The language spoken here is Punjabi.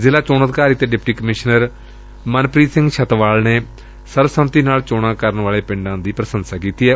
ਜ਼ਿਲ੍ਹਾ ਚੋਣ ਅਧਿਕਾਰੀ ਅਤੇ ਡਿਪਟੀ ਕਮਿਸ਼ਨਰ ਮਨਪ੍ੀਤ ਸਿੰਘ ਛੱਤਵਾਲ ਨੇ ਸਰਬ ਸੰਮਤੀ ਨਾਲ ਚੋਣਾਂ ਕਰਨ ਵਾਲੇ ਪਿੰਡਾਂ ਦੀ ਪ੍ਰਸੰਸਾ ਕੀਤੀ ਏ